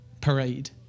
parade